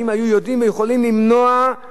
היו יכולים למנוע סכנות,